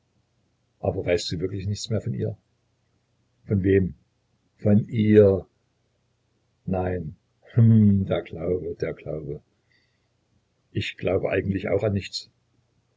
aber weißt du wirklich nichts mehr von ihr von wem von ihr nein hm der glaube der glaube ich glaube eigentlich auch an nichts